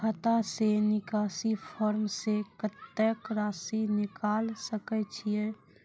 खाता से निकासी फॉर्म से कत्तेक रासि निकाल सकै छिये?